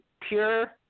pure